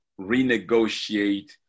renegotiate